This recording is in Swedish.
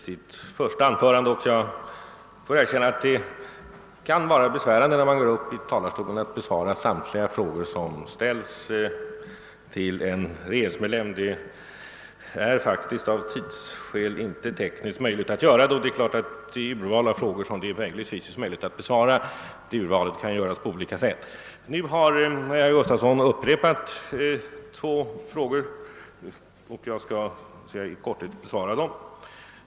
Herr talman! Jag såg på herr talmannens blick att jag inte borde ha begärt ordet. Jag skall därför med några få ord avsluia debatten för min del. Det kan vara besvärligt för en regeringsmedlem att i talarstolen här besvara samtliga frågor som ställs. Av tidsskäl är detta nu inte tekniskt möjligt, och det är klart att det urval av frågor som besvaras kan göras på olika sätt. Herr Gustafson i Göteborg har emellertid upprepat två frågor, och jag skall i korthet besvara dem.